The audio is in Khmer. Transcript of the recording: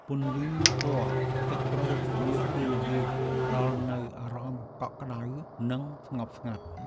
ពន្លឺពណ៌ទឹកក្រូចនាពេលល្ងាច ផ្តល់នូវអារម្មណ៍កក់ក្តៅ និងស្ងប់ស្ងាត់។